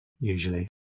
usually